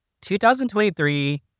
2023